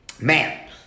Man